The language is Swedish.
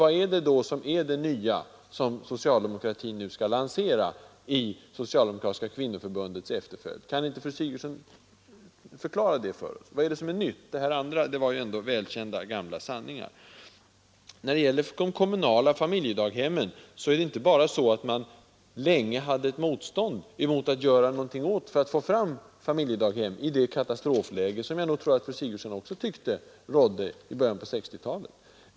Vad är då det nya som socialdemokratin skall lansera i Socialdemokratiska kvinnoförbundets efterföljd? Kan inte fru Sigurdsen förklara för oss vad är det för något som är nytt? Det andra var ju välkända sanningar. När det gäller de kommunala familjedaghemmen är det inte bara att det länge fanns ett motstånd mot att göra någonting för att få fram familjedaghem i det katastrofläge som rådde i början på 1960-talet.